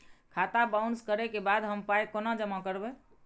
खाता बाउंस करै के बाद हम पाय कोना जमा करबै?